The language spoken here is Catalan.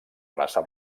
raça